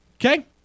Okay